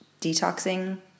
detoxing